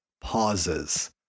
pauses